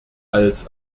als